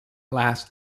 last